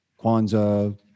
Kwanzaa